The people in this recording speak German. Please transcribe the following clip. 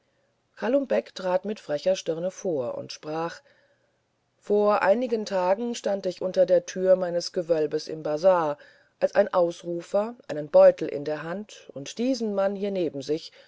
kalum beck trat mit frecher stirne vor und sprach vor einigen tagen stand ich unter der türe meines gewölbes im bazar als ein ausrufer einen beutel in der hand und diesen mann hier neben sich